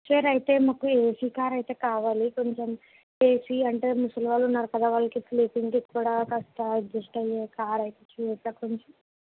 sir అయితే మాకు AC car అయితే కావాలి కొంచెం ఏసీ అంటే ముసలి వాళ్ళు ఉన్నారు కదా వాళ్ళకి స్లీపింగ్కి కూడా కాస్త అడ్జస్ట్ అయ్యే కారయితే చూడరా కొంచెం